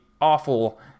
awful